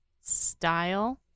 style